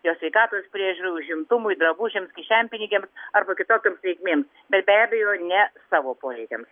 jo sveikatos priežiūrai užimtumui drabužiams kišenpinigiams arba kitokioms reikmėms bet be abejo ne savo poreikiams